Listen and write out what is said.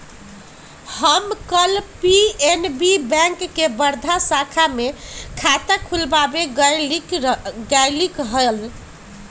हम कल PNB bank के वर्धा शाखा में खाता खुलवावे गय लीक हल